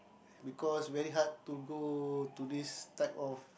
we call us very hard to go to this type of